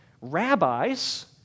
rabbis